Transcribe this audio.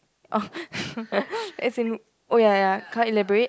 orh as in oh ya ya ya can i elaborate